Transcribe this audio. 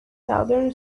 southern